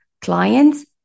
clients